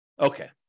Okay